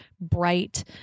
bright